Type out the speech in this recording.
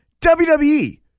WWE